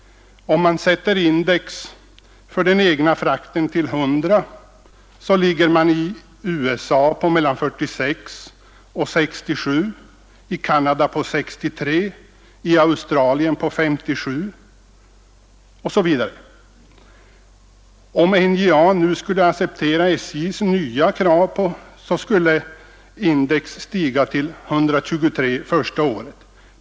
Om vi sätter index för den egna frakten till 100, blir resultatet att man i USA ligger på mellan 46 och 67, i Canada på 63 och i Australien på 57. Om NJA skulle acceptera SJ:s nya krav skulle index stiga till 123 första året.